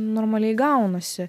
normaliai gaunasi